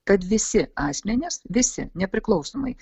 kad visi asmenys visi nepriklausomai